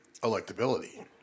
electability